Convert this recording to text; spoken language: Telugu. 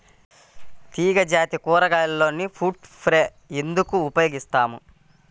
తీగజాతి కూరగాయలలో ఫ్రూట్ ఫ్లై ఎందుకు ఉపయోగిస్తాము?